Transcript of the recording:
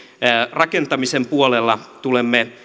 rakentamisen puolella tulemme